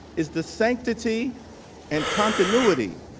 is the sanctity and continuity.